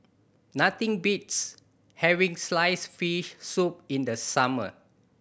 nothing beats having slice fish soup in the summer